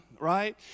right